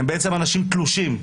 הם בעצם אנשים תלושים.